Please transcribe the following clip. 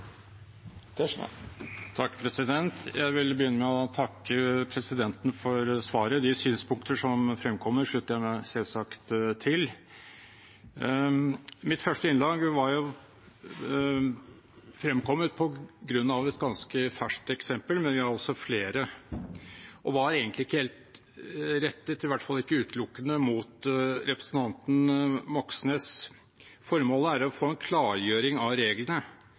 Jeg vil begynne med å takke presidenten for svaret. De synspunkter som fremkommer, slutter jeg meg selvsagt til. Mitt første innlegg var fremkommet på grunn av et ganske ferskt eksempel, men vi har også flere, og det var egentlig ikke helt rettet, i hvert fall ikke utelukkende, mot representanten Moxnes. Formålet er å få en klargjøring av reglene,